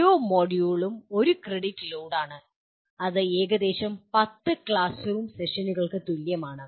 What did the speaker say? ഓരോ മൊഡ്യൂളും ഒരു ക്രെഡിറ്റ് ലോഡാണ് അത് ഏകദേശം 10 ക്ലാസ് റൂം സെഷനുകൾക്ക് തുല്യമാണ്